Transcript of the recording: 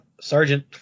Sergeant